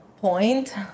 point